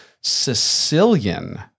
Sicilian